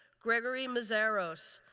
gregory mezaros,